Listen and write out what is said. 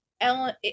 Ellen